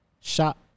Shop